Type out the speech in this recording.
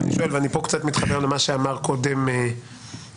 ואני פה קצת מתחבר למה שאמר קודם דני.